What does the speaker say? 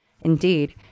Indeed